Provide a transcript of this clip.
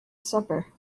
supper